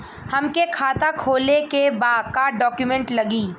हमके खाता खोले के बा का डॉक्यूमेंट लगी?